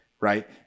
Right